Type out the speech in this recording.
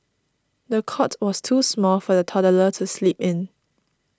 the cot was too small for the toddler to sleep in